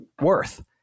worth